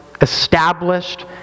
established